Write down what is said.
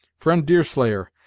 friend deerslayer,